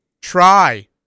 Try